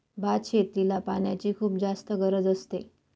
भात शेतीला पाण्याची खुप जास्त गरज असते